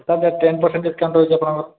ten percent discount ରହୁଛି ଆପଣଙ୍କର